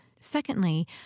Secondly